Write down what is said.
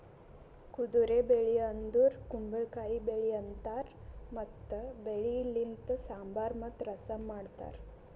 ಕುದುರೆ ಬೆಳಿ ಅಂದುರ್ ಕುಂಬಳಕಾಯಿ ಬೆಳಿ ಅಂತಾರ್ ಮತ್ತ ಬೆಳಿ ಲಿಂತ್ ಸಾಂಬಾರ್ ಮತ್ತ ರಸಂ ಮಾಡ್ತಾರ್